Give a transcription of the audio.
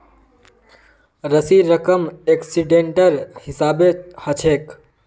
राशिर रकम एक्सीडेंटेर हिसाबे हछेक